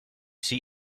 see